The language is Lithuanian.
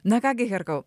na ką gi herkau